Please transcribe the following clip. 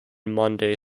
monday